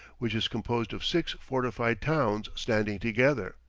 which is composed of six fortified towns standing together.